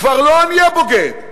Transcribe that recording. כבר לא הנייה בוגד,